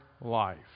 life